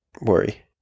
worry